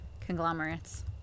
conglomerates